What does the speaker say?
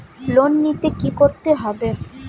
Loan নিতে কী করতে হবে?